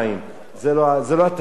זה לא התפקיד שלו.